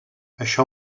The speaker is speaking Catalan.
això